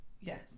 Yes